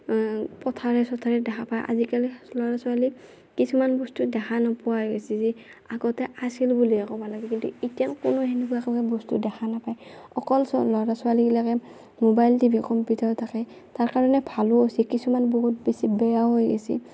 পথাৰে চথাৰে দেখা পায় আজিকালি ল'ৰা ছোৱালী কিছুমান বস্তু দেখা নোপোৱা হৈ গেইছি যি আগতে আছিল বুলিহে ক'বা লাগবো কিন্তু ইতেন কোনেও সেনেকুৱাকে বস্তু দেখা নাপায় অকল ল'ৰা ছোৱালিবিলাকে ম'বাইল টিভি কম্পিউটাৰত থাকে তাৰ কাৰণে ভালো হৈছি কিছুমান বহুত বেছি বেয়াও হৈ গেইছি